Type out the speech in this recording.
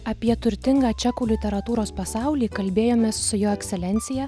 apie turtingą čekų literatūros pasaulį kalbėjomės su jo ekscelencija